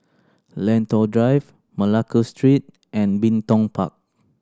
Lentor Drive Malacca Street and Bin Tong Park